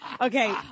Okay